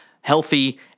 healthy